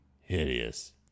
hideous